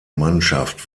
mannschaft